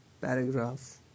paragraph